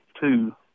two